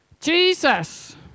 Jesus